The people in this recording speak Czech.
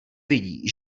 vidí